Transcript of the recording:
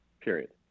Period